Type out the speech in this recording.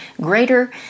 greater